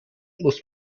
muss